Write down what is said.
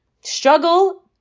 struggle